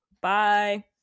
Bye